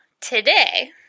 today